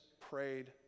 prayed